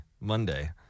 Monday